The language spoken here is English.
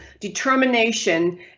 determination